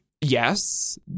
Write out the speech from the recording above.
yes